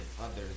others